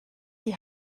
die